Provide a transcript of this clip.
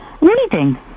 Reading